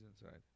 inside